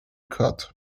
cut